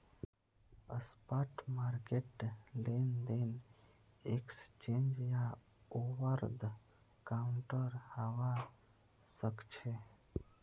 spot market लेनदेन exchange या over the counter हवा सक्छे